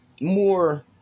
more